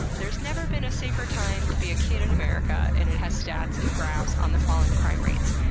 there's never been a safer time to be a kid in america and it has stats and graphs on the falling crime rates.